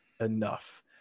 enough